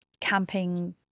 camping